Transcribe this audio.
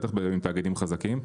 בטח בתאגידים חזקים,